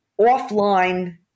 offline